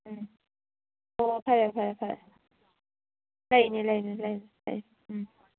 ꯎꯝ ꯑꯣ ꯐꯔꯦ ꯐꯔꯦ ꯐꯔꯦ ꯂꯩꯅꯤ ꯂꯩꯅꯤ ꯂꯩꯅꯤ ꯂꯩꯅꯤ ꯎꯝ